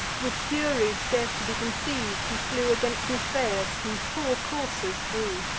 with fury scarce to be conceiv'd, he flew against niphaeus, whom four coursers drew.